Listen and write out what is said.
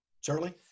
Charlie